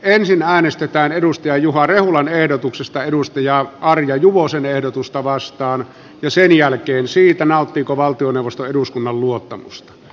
ensin äänestetään juha rehulan ehdotuksesta arja juvosen ehdotusta vastaan ja sen jälkeen siitä nauttiiko valtioneuvosto eduskunnan luottamusta